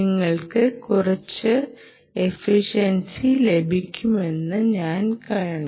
നിങ്ങൾക്ക് കുറച്ച് എഫിഷൻസി ലഭിക്കുമെന്ന് കാണാൻ കഴിയും